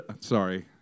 Sorry